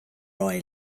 roy